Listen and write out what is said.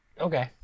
Okay